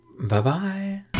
Bye-bye